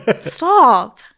stop